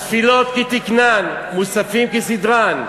התפילות כתקנן, מוספין כסדרן.